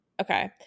okay